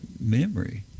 memory